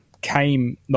came